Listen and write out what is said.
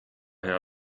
hea